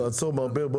תודה.